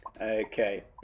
Okay